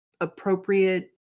appropriate